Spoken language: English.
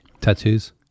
tattoos